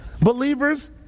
believers